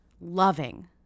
loving